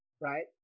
right